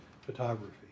photography